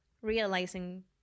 realizing